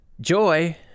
joy